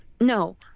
No